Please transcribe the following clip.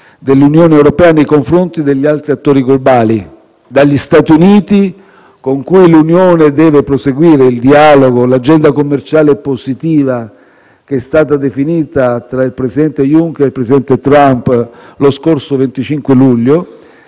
dell'Unione europea nei confronti degli altri attori globali, dagli Stati Uniti (con cui l'Unione deve proseguire il dialogo e l'agenda commerciale positiva che è stata definita tra il presidente Juncker e il presidente Trump lo scorso 25 luglio)